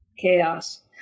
chaos